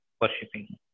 worshipping